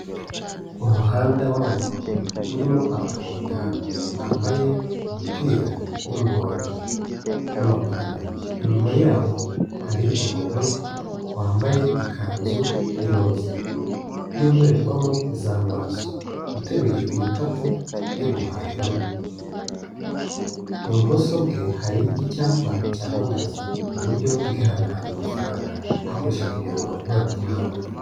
Umuhanda w'abanyamaguru, urimo abagabo batanu bambaye imipira y'umuhondo n'amapantaro, inyuma yabo hari umugore wambaye ikanzu y'iroza n'indorerwamo z'amaso, uteruye ibikapu byo guhahiramo, ibumoso bwe hari icyapa cyamamaza uburyo bw'ihanahana mafaranga hakoreshejwe imiyoboro nkoranabuhanga.